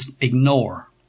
ignore